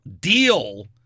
deal